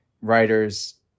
writers